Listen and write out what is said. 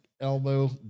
elbow